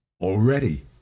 already